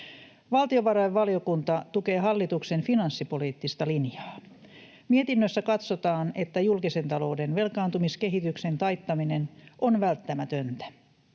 Valtiovarainvaliokunta tukee hallituksen finanssipoliittista linjaa. Mietinnössä katsotaan, että julkisen talouden velkaantumiskehityksen taittaminen on välttämätöntä.